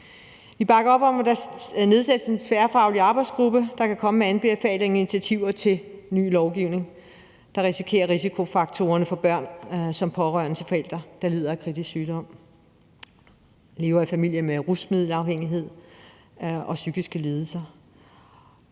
Vi bakker op om, at der nedsættes en tværfaglig arbejdsgruppe, der kan komme med anbefalinger og initiativer til ny lovgivning, der minimerer risikofaktorerne for børn som pårørende til forældre, der lider af kritisk sygdom, og børn, der lever i familier med rusmiddelafhængighed og psykiske lidelser.